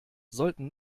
sollten